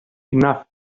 enough